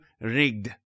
rigged